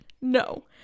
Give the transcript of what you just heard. no